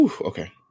okay